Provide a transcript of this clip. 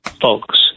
folks